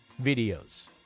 videos